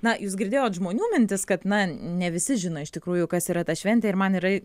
na jūs girdėjot žmonių mintis kad na ne visi žino iš tikrųjų kas yra ta šventė ir man yra